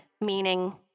meaning